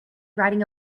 riding